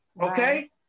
okay